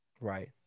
Right